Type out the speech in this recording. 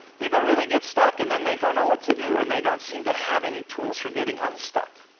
people really get stuck and then they don't know what to do and they don't seem to have any tools for getting unstuck.